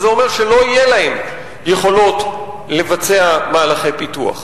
וזה אומר שלא יהיו להן יכולות לבצע מהלכי פיתוח.